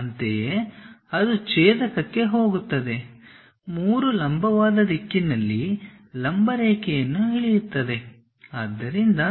ಅಂತೆಯೇ ಅದು ಛೇದಕಕ್ಕೆ ಹೋಗುತ್ತದೆ 3 ಲಂಬವಾದ ದಿಕ್ಕಿನಲ್ಲಿ ಲಂಬರೇಖೆಯನ್ನು ಇಳಿಯುತ್ತದೆ ಆದ್ದರಿಂದ